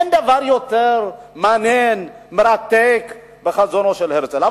אין דבר יותר מעניין, מרתק בחזונו של הרצל.